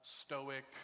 stoic